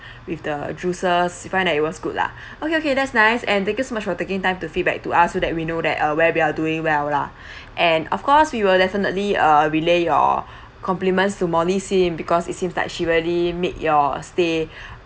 with the juices you find that it was good lah okay okay that's nice and thank you so much for taking time to feedback to us so that we know that uh where we are doing well lah and of course we will definitely uh relay your compliments to molly sim because it seems like she really make your stay